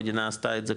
המדינה עשתה את זה,